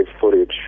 footage